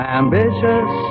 ambitious